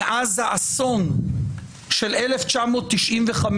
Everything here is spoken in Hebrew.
מאז האסון של 1995,